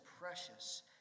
precious